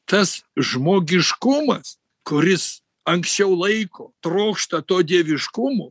tas žmogiškumas kuris anksčiau laiko trokšta to dieviškumo